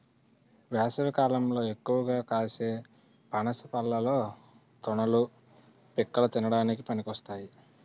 వేసవికాలంలో ఎక్కువగా కాసే పనస పళ్ళలో తొనలు, పిక్కలు తినడానికి పనికొస్తాయి